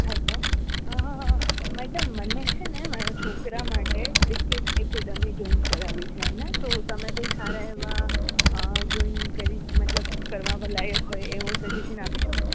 હ મેડમ મને છેને મારા છોકરા માટે ક્રિકેટ એકેડેમી જોઈન કરાવવી છે અને તો તમે કોઈ સારા એવા જોઈન કરી સકાય મતલબ કરવા લાયક હોઈ એવું કઈ સજેશન આપી શકો